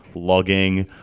logging,